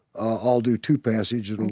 i'll do two passages, and